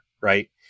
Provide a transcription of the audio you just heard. Right